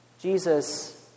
Jesus